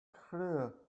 clear